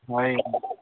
ହଏ